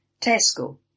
Tesco